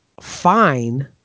fine